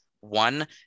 one